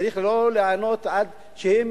צריך לא לענות עד שהם